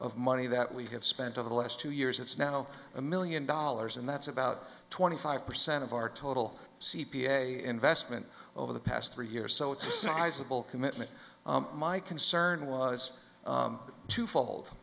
of money that we have spent over the last two years it's now a million dollars and that's about twenty five percent of our total c p a investment over the past three years so it's a sizable commitment my concern was twofold